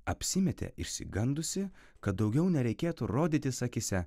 apsimetė išsigandusi kad daugiau nereikėtų rodytis akyse